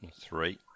three